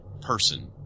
person